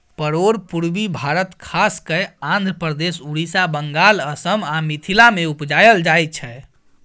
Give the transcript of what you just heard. परोर पुर्वी भारत खास कय आंध्रप्रदेश, उड़ीसा, बंगाल, असम आ मिथिला मे उपजाएल जाइ छै